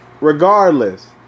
regardless